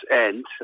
end